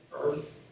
earth